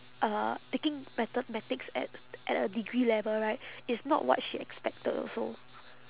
uh taking mathematics at at a degree level right is not what she expected also